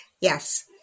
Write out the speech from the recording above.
yes